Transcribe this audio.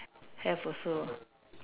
have also